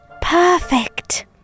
perfect